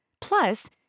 Plus